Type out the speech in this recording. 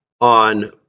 on